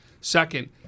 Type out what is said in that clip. Second